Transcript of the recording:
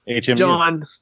John